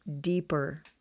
deeper